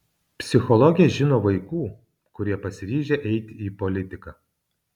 psichologė žino vaikų kurie pasiryžę eiti į politiką